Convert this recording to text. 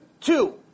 Two